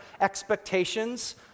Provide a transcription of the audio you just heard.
expectations